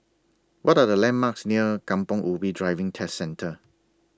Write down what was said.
What Are The landmarks near Kampong Ubi Driving Test Centre